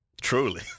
Truly